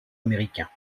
américains